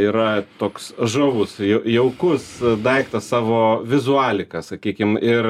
yra toks žavus jaukus daiktas savo vizualika sakykim ir